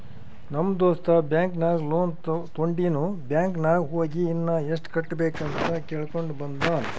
ನಮ್ ದೋಸ್ತ ಬ್ಯಾಂಕ್ ನಾಗ್ ಲೋನ್ ತೊಂಡಿನು ಬ್ಯಾಂಕ್ ನಾಗ್ ಹೋಗಿ ಇನ್ನಾ ಎಸ್ಟ್ ಕಟ್ಟಬೇಕ್ ಅಂತ್ ಕೇಳ್ಕೊಂಡ ಬಂದಾನ್